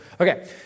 Okay